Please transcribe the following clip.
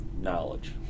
knowledge